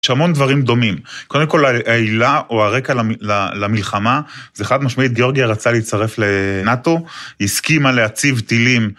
‫יש המון דברים דומים. ‫קודם כול, העילה או הרקע למלחמה, ‫זה חד משמעית. ‫גיאורגיה רצתה להצטרף לנאטו, ‫הסכימה להציב טילים